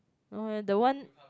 no eh the one